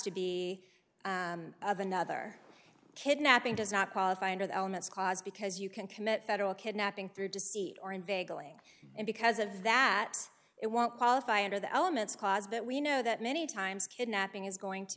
to be of another kidnapping does not qualify under the elements cause because you can commit federal kidnapping through deceit or inveigling and because of that it won't qualify under the elements clause but we know that many times kidnapping is going to